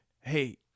hey